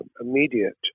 immediate